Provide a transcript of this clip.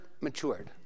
matured